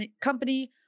company